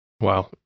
Wow